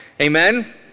Amen